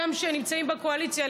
גם כשנמצאים בקואליציה,